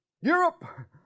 Europe